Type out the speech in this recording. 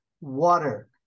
water